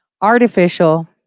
Artificial